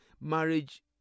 marriage